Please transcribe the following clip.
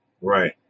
Right